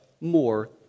more